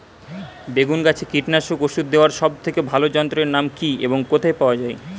বেগুন গাছে কীটনাশক ওষুধ দেওয়ার সব থেকে ভালো যন্ত্রের নাম কি এবং কোথায় পাওয়া যায়?